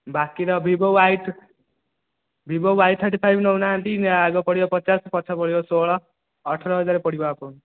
ବାକିର Vivo Y Vivo Y thirty five ନେଉନାହାନ୍ତି ଆଗ ପଡ଼ିବ ପଚାଶ ପଛ ପଡ଼ିବ ଷୋହଳ ଅଠର ହଜାର ପଡ଼ିବ ଆପଣଙ୍କୁ